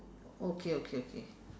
okay okay okay